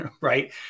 right